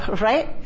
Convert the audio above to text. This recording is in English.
right